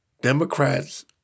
Democrats